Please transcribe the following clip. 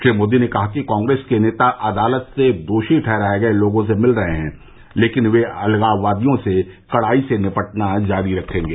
श्री मोदी ने कहा कि कांग्रेस के नेता अदालत से दोषी ठहराये गये लोगों से मिल रहे हैं लेकिन ये अलगाववादियों से कड़ाई से निपटना जारी रखेंगे